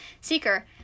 seeker